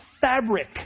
fabric